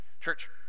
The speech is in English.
church